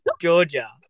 Georgia